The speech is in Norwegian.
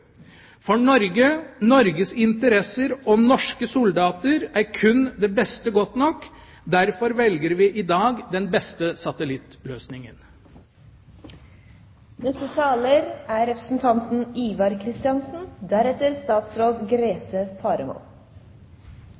For Norge, Norges interesser og norske soldater er kun det beste godt nok. Derfor velger vi i dag den beste satellittløsningen. I det forsvars- og sikkerhetsmessige bildet er